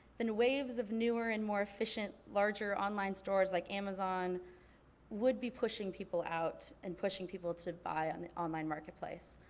then waves of newer and more efficient, larger, online stores like amazon would be pushing people out and pushing people to buy on the online marketplace.